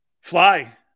Fly